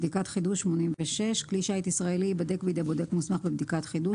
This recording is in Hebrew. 86.בדיקת חידוש כלי שיט ישראלי ייבדק בידי בודק מוסמך בבדיקת חידוש